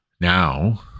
now